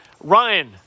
Ryan